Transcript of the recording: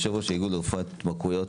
יושב ראש האיגוד לרפואת התמכרויות,